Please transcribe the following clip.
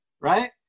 Right